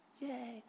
Yay